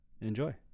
enjoy